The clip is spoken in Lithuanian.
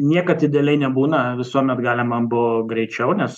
niekad idealiai nebūna visuomet galima buvo greičiau nes